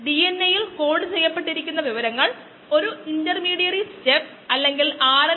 K s S എന്നിവ ഡിനോമിനേറ്ററിൽ ചേർത്തു